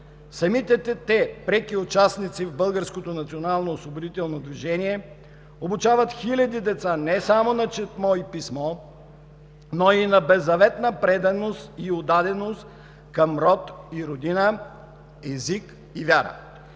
движение, обучават хиляди деца не само на четмо и писмо, но и на беззаветна преданост и отдаденост към род и родина, език и вяра.